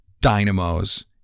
dynamos